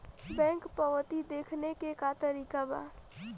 Bank पवती देखने के का तरीका बा?